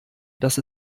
dass